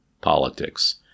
politics